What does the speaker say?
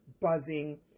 buzzing